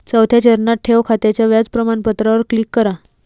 चौथ्या चरणात, ठेव खात्याच्या व्याज प्रमाणपत्रावर क्लिक करा